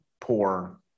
poor